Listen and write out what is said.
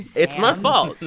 it's my fault.